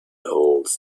holds